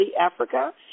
Africa